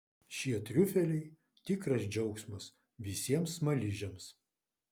šie triufeliai tikras džiaugsmas visiems smaližiams